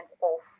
off